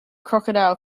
crocodile